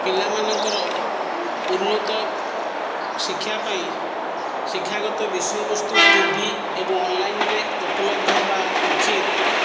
ପିଲା ମାନଙ୍କର ଉନ୍ନତ ଶିକ୍ଷା ପାଇଁ ଶିକ୍ଷାଗତ ବିଷୟ ବସ୍ତୁ ଟିଭି ଏବଂ ଅନଲାଇନରେ ଉପଲବ୍ଧ ହେବା ଉଚିତ